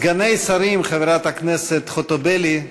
חברת הכנסת חוטובלי,